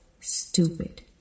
Stupid